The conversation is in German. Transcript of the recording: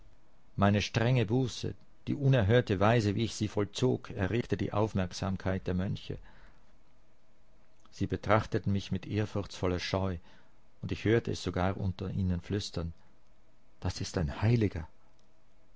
meine strenge buße die unerhörte weise wie ich sie vollzog erregte die aufmerksamkeit der mönche sie betrachteten mich mit ehrfurchtsvoller scheu und ich hörte es sogar unter ihnen flüstern das ist ein heiliger